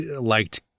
liked